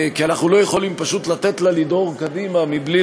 כי אנחנו לא יכולים פשוט לתת לה לדהור קדימה מבלי